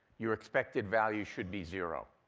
your expected value should be zero.